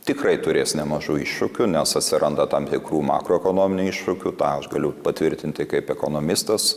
tikrai turės nemažų iššūkių nes atsiranda tam tikrų makroekonominių iššūkių tą aš galiu patvirtinti kaip ekonomistas